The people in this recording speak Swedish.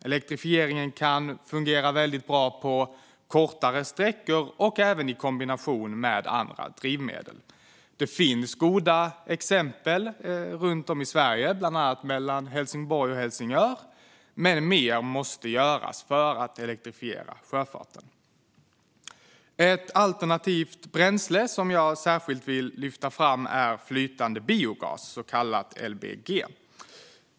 Elektrifieringen kan fungera väldigt bra på kortare sträckor och även i kombination med andra drivmedel. Det finns goda exempel runt om i Sverige, bland annat mellan Helsingborg och Helsingör, men mer måste göras för att elektrifiera sjöfarten. Ett alternativt bränsle som jag särskilt vill lyfta fram är flytande biogas, så kallad LBG.